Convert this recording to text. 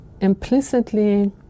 implicitly